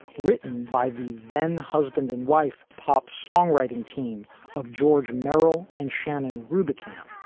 written by the then husband and wife pop songwriting team of george merrill and shannon rubicam.